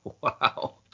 Wow